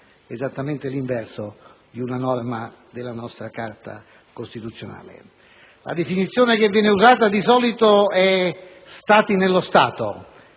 esattamente l'inverso di una norma della nostra Carta costituzionale. La definizione che viene usata di solito è Stati nello Stato,